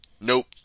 nope